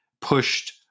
pushed